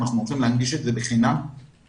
אנחנו רוצים להנגיש את זה בחינם לילדים